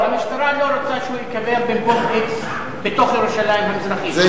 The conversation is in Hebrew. המשטרה לא רוצה שהוא ייקבר במקום x בתוך ירושלים המזרחית.